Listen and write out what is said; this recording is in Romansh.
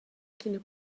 ch’ina